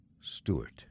Stewart